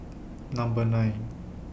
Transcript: Number nine